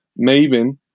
Maven